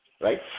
right